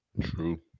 True